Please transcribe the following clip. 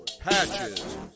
patches